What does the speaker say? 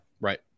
right